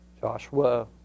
Joshua